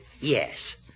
Yes